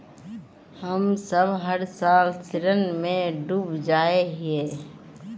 हम सब हर साल ऋण में डूब जाए हीये?